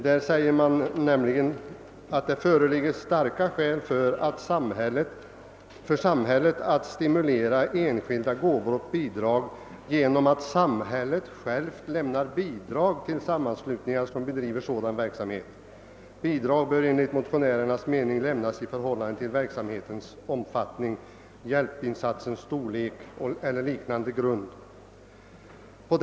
I denna sägs nämligen, att det föreligger starka skäl för samhället att stimulera enskilda gåvor och bidrag genom att samhället självt lämnar bidrag till sammanslutningar som bedriver sådan verksamhet. Bidrag bör enligt motionärernas mening lämnas i förhållande till verksamhetens omfattning, hjälpinsatsens storlek eller liknande grunder.